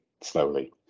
slowly